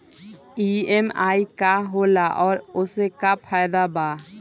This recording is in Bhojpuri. ई.एम.आई का होला और ओसे का फायदा बा?